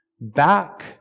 back